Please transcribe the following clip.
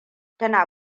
tana